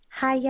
Hiya